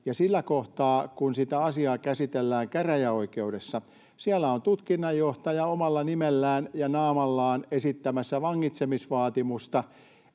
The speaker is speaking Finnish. sillä kohtaa, kun sitä asiaa käsitellään käräjäoikeudessa, siellä on tutkinnanjohtaja omalla nimellään ja naamallaan esittämässä vangitsemisvaatimusta.